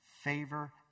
favor